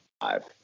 five